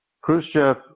Khrushchev